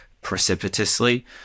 precipitously